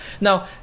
now